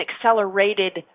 accelerated